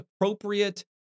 appropriate